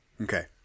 Okay